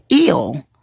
ill